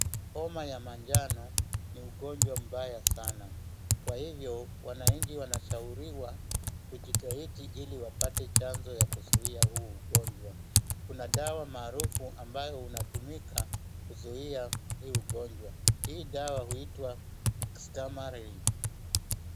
Homa ya majano ni ugonjwa mbaya sana kwa hivyo wananchi wanashauriwa kujitahidi ili wapate chanjo ya kuzuia huu ugonjwa. Kuna dawa maarufu ambayo unatumika kuziua hii ugonjwa. Hii dawa huitwa STAMARIL.